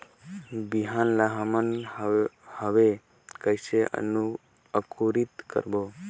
बिहान ला हमन हवे कइसे अंकुरित करबो?